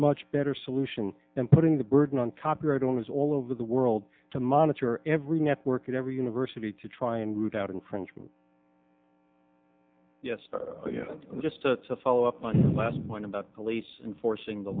much better solution than putting the burden on copyright owners all over the world to monitor every network at every university to try and root out infringement yes just to follow up on last point about police and forcing the